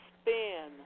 spin